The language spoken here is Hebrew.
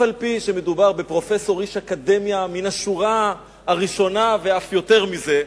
אף-על-פי שמדובר בפרופסור ואיש אקדמיה מן השורה הראשונה ואף יותר מזה,